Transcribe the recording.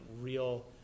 real